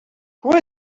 who